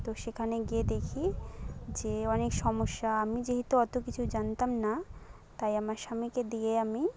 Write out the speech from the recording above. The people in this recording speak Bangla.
তো সেখানে গিয়ে দেখি যে অনেক সমস্যা আমি যেহেতু অত কিছু জানতাম না তাই আমার স্বামীকে দিয়ে আমি